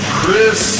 Chris